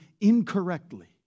incorrectly